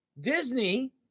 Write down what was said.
Disney